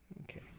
Okay